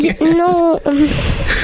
No